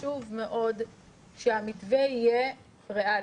חשוב מאוד שהמתווה יהיה ריאלי,